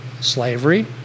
slavery